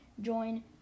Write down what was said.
join